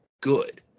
good